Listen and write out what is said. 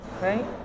right